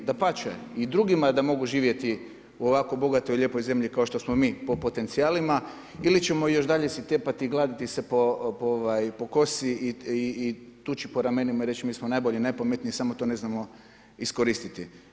Dapače i drugima da mogu živjeti u ovako bogatoj i lijepoj zemlji kao što smo mi po potencijalima ili ćemo još dalje si tepati i gladiti se po kosi i tući po ramenima i reći mi smo najbolji, najpametniji samo to ne znamo iskoristiti.